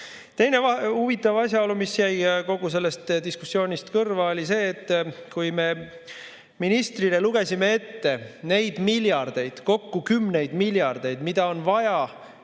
Teine huvitav asjaolu, mis jäi kogu sellest diskussioonist kõrva, oli see, et kui me ministrile lugesime ette neid miljardeid, kokku kümneid miljardeid, mida on vaja